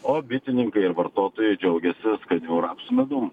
o bitininkai ir vartotojai džiaugiasi skaniu rapsų medum